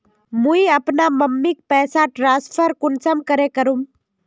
मुई अपना मम्मीक पैसा ट्रांसफर कुंसम करे करूम?